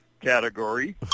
category